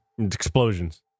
explosions